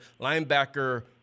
linebacker